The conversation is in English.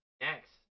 Next